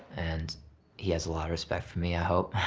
and he has a lot of respect for me, i hope.